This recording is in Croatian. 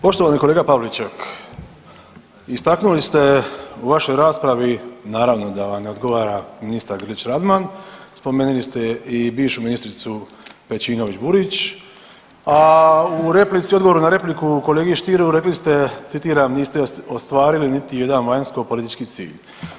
Poštovani kolega Pavliček istaknuli ste u vašoj raspravi naravno da vam ne odgovara ministar Grlić Radman, spomenuli ste i bivšu ministrice Pejčinović Burić, a u replici, u odgovoru na repliku kolegi Stieru rekli ste, citiram: „Niste ostvarili niti jedan vanjskopolitički cilj.